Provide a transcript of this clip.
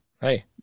hey